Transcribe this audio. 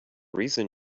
reason